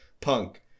punk